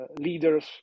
leaders